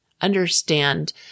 understand